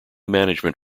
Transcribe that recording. management